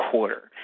quarter